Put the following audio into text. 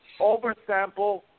oversample